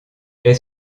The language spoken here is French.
est